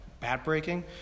bat-breaking